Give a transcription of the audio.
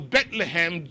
Bethlehem